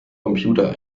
computer